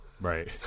Right